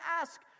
ask